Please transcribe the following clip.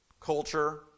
culture